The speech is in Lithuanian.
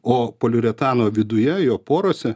o poliuretano viduje jo porose